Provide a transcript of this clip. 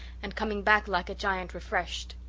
and coming back like a giant refreshed.